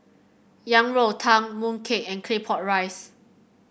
Yang Rou Tang mooncake and Claypot Rice